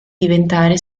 diventare